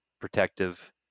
protective